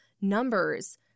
numbers